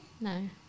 no